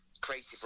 creative